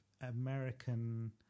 American